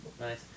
nice